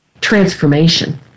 transformation